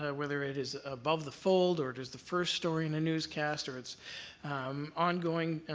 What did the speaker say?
ah whether it is above the fold, or just the first story in a newscast, or it's ongoing,